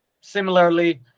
similarly